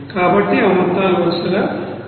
కాబట్టి ఆ మొత్తాలు వరుసగా 186